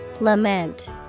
Lament